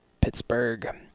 Pittsburgh